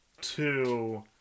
Two